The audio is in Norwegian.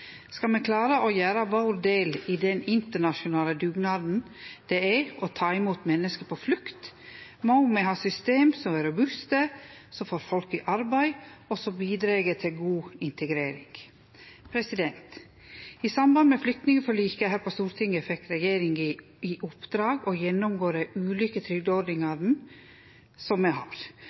Skal me klare å gjere vår del i den internasjonale dugnaden det er å ta imot menneske på flukt, må me ha system som er robuste, som får folk i arbeid, og som bidreg til god integrering. I samband med flyktningforliket her på Stortinget fekk regjeringa i oppdrag å gjennomgå dei ulike trygdeordningane som me har,